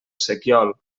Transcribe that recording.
sequiol